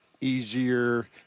easier